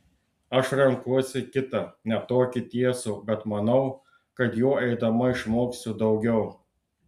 aš renkuosi kitą ne tokį tiesų bet manau kad juo eidama išmoksiu daugiau